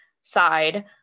side